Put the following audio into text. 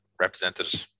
represented